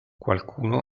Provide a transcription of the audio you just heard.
qualcuno